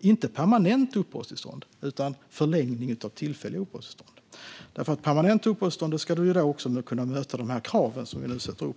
inte få permanent uppehållstillstånd utan en förlängning av det tillfälliga uppehållstillståndet. För att få permanent uppehållstillstånd ska du också kunna möta kraven som vi nu sätter upp.